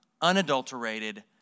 unadulterated